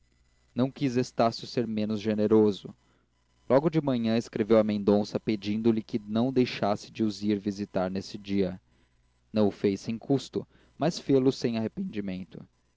não quis estácio ser menos generoso logo de manhã escreveu a mendonça pedindolhe que não deixasse de os ir visitar nesse dia não o fez sem custo mas fê-lo sem arrependimento